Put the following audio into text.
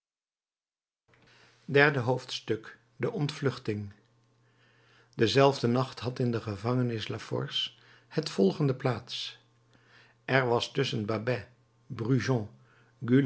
derde hoofdstuk de ontvluchting denzelfden nacht had in de gevangenis la force het volgende plaats er was tusschen